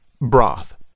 Broth